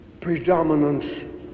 predominance